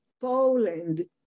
Poland